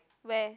where